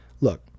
look